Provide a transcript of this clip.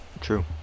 True